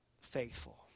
faithful